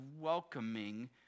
welcoming